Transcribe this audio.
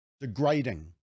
Degrading